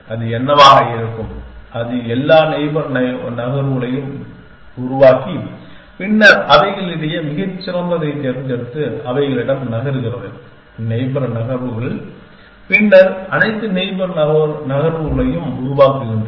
அது என்னவாக இருக்கும் அது எல்லா நெய்பர் நகர்வுகளை உருவாக்கி பின்னர் அவைகளிடையே மிகச் சிறந்ததைத் தேர்ந்தெடுத்து அவைகளிடம் நகர்கிறது நெய்பர் நகர்வுகள் பின்னர் அனைத்து நெய்பர் நகர்வுகளையும் உருவாக்குகின்றன